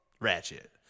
Ratchet